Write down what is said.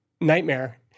nightmare